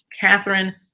Catherine